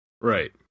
Right